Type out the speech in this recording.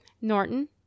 Norton